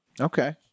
Okay